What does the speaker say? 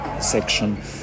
section